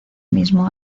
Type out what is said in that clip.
mismo